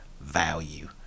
value